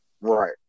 Right